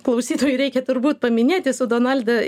klausytojui reikia turbūt paminėti su donalda